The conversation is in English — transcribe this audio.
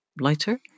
lighter